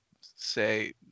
say